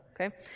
okay